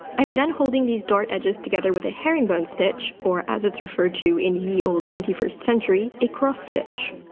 i'm then holding these dart edges together with a herringbone stitch or as it's referred to in ye olde twenty first century, a cross-stitch.